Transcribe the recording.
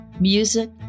music